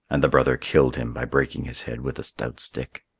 and the brother killed him by breaking his head with a stout stick.